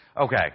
Okay